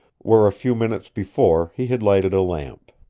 where a few minutes before he had lighted a lamp.